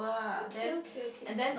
okay okay okay